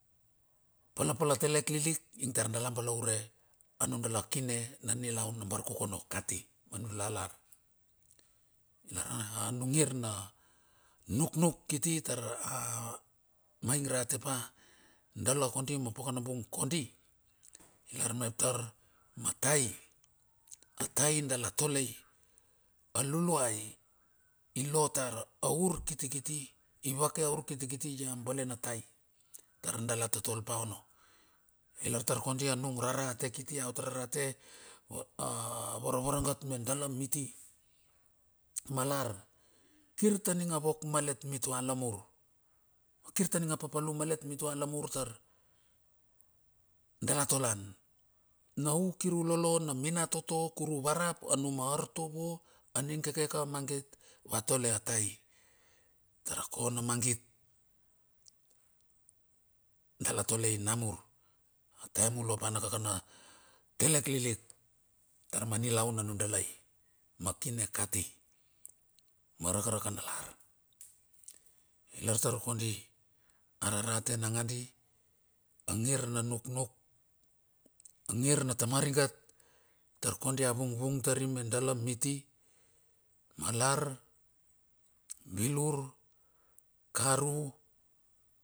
Pala pala telek lilik itar dala balaure anu dala kine na nilaun bar kokono kati manu dala lar. Lar a nung ngir na nuknuk kiti tar amaing rate pa dala kondi ma pakanabung kondi, ilar mep tar ma atai, atai dala tolei. Aluluia i lotar a urkitikiti, ivake a urkitikiti ia bale na tai tar dala totol pa ono. Ilar tar kondi anung rarate kiti aot rarate vara varagat me dala miti malar, kirta ninga wok malet mitua lamur, kirta ninga papalum malet mitua lamur tar dala tolan. Na u kir u lolo na minatoto, kiru varap anum artovo, aning keke ka mangit va tole atai. Tara kona mangit dala tolei namur a taem ulo pa nakakana telek lilik tar na nilaun anudalai ma kine kati ma raka raka nalar. Ilar tar kondi ararate. Nangadi mangir na nuknuk, ma ngir na tamarigat tar kondi a vungvung tari me dala miti malar bilur, karu.